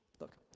Look